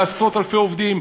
לעשרות-אלפי עובדים.